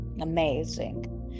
amazing